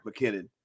McKinnon